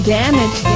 damage